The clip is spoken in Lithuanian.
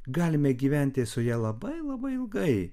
galime gyventi su ja labai labai ilgai